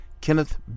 Kenneth